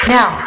Now